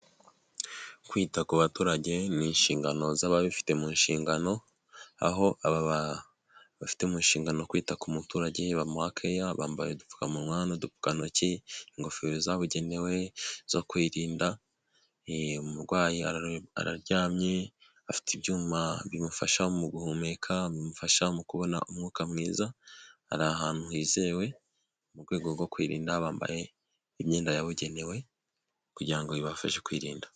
Kwita ku baturage ni inshingano z'ababifite mu nshingano, aho abo babifite umushingano no kwita ku muturage bamuha keya bambaye udupfukamunwa n'udupfukantoki, ingofero zabugenewe zo kwirinda umurwayi araryamye afite ibyuma bimufasha mu guhumeka, bimufasha mu kubona umwuka mwiza, hari ahantu hizewe mu rwego rwo kwirinda bambaye imyenda yabugenewe kugira ngo bibafashe kwirinda.